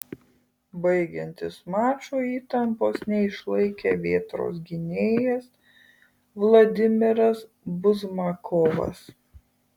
baigiantis mačui įtampos neišlaikė vėtros gynėjas vladimiras buzmakovas